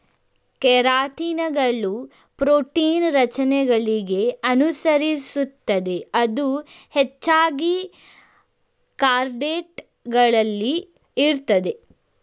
ಕೆರಾಟಿನ್ಗಳು ಪ್ರೋಟೀನ್ ರಚನೆಗಳಿಗೆ ಅನುಸರಿಸುತ್ತದೆ ಇದು ಹೆಚ್ಚಾಗಿ ಕಾರ್ಡೇಟ್ ಗಳಲ್ಲಿ ಇರ್ತದೆ